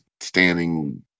standing